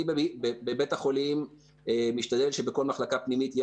אני בבית החולים משתדל שבכל מחלקה פנימית יהיה